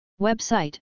Website